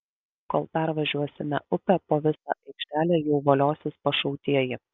kol pervažiuosime upę po visą aikštelę jau voliosis pašautieji